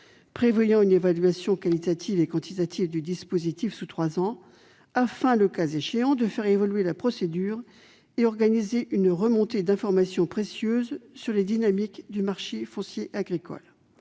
prévoyant une évaluation qualitative et quantitative du dispositif sous trois ans, afin, le cas échéant, de faire évoluer la procédure et d'organiser une remontée d'informations précieuses sur les dynamiques du marché foncier agricole